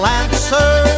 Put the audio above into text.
answer